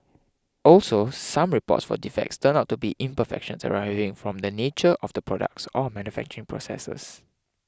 also some reports for defects turned out to be imperfections arising from the nature of the products or manufacturing processes